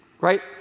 Right